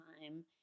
time